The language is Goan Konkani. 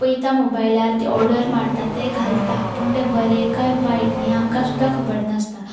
पळयता मोबायलार ते ऑर्डर मारता ते घालता पूण तें बरें काय वायट हें आमकां सुद्दां खबर नासता